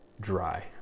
dry